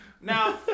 Now